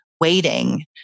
waiting